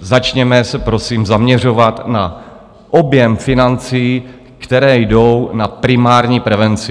začněme se prosím zaměřovat na objem financí, které jdou na primární prevenci.